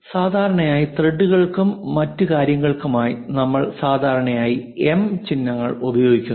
സാധാരണയായി ത്രെഡുകൾക്കും മറ്റ് കാര്യങ്ങൾക്കുമായി നമ്മൾ സാധാരണയായി എം ചിഹ്നങ്ങൾ ഉപയോഗിക്കുന്നു